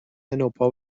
نوپا